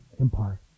empire